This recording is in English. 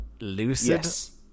lucid